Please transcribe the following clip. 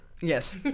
Yes